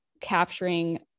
capturing